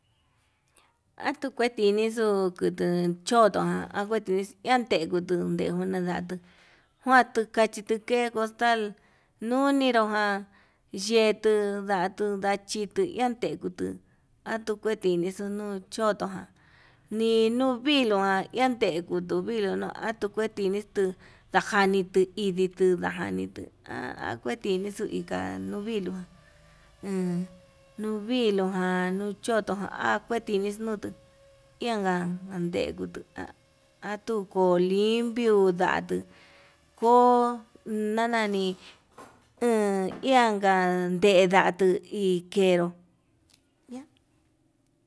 Atuu kueti nixuu tuu choto atuu kexi iha tejutu ndeku nadatu kuandu kachito ke costal nuniro ján yetuu ndatuu ndachitu ndatetu, atukuenixu nuu chotoján ni nuviluu ján iantekutu no atuu vetinitu ndajanitu iditu ndajanitu ha kuetinixu ika nuu vilujan enn nuu vilujan nuu choto kue tixni nutu ianka nanejutu atuu ko limpio, ndatu koo nanani an ianka kendatu hi kenró ya.